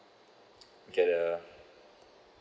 get the